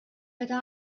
meta